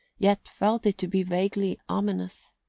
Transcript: yet felt it to be vaguely ominous.